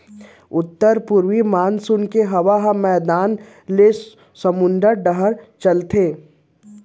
उत्तर पूरवी मानसून के हवा ह मैदान ले समुंद डहर चलथे